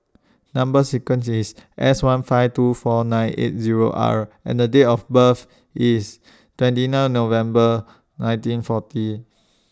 Number sequence IS S one five two four nine eight Zero R and The Date of birth IS twenty nine November nineteen forty